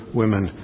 women